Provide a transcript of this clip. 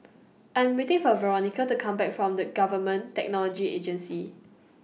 I'm waiting For Veronica to Come Back from The Government Technology Agency